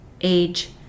age